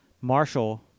Marshall